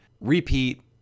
repeat